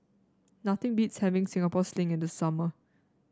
nothing beats having Singapore Sling in the summer